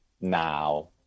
now